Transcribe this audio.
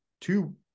two